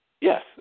yes